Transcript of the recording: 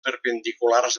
perpendiculars